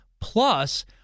plus